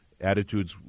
attitudes